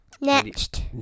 Next